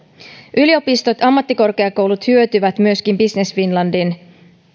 yliopistot ja ammattikorkeakoulut hyötyvät myöskin business finlandin